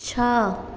छः